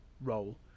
role